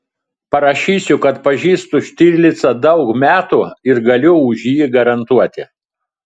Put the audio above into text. parašysiu kad pažįstu štirlicą daug metų ir galiu už jį garantuoti